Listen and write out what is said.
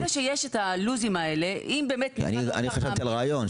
אני חשבתי על רעיון,